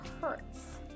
hurts